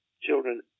children